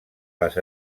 les